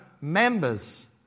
members